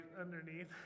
underneath